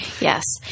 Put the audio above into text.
Yes